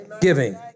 giving